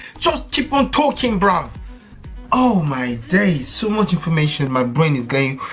just keep on talking brown oh my day so much information my brain is going